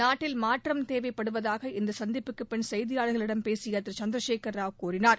நாட்டில் மாற்றம் தேவைப்படுவதாக இந்த சந்திப்புக்கு பின் செய்தியாளர்களிடம் பேசிய திரு சந்திரசேகர ராவ் கூறினார்